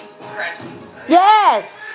Yes